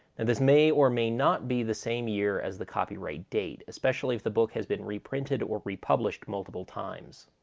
and this may or may not be the same year as the copyright date, especially if the book has been reprinted or republished multiple times.